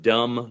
Dumb